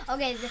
Okay